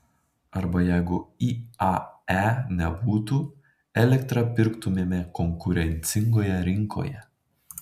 arba jeigu iae nebūtų elektrą pirktumėme konkurencingoje rinkoje